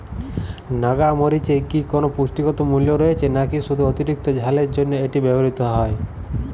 নাগা মরিচে কি কোনো পুষ্টিগত মূল্য রয়েছে নাকি শুধু অতিরিক্ত ঝালের জন্য এটি ব্যবহৃত হয়?